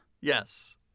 Yes